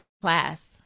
class